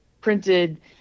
printed